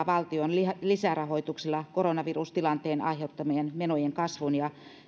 valtion lisärahoituksella koronavirustilanteen aiheuttamien menojen kasvun ja